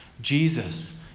Jesus